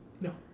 no